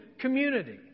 community